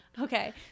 Okay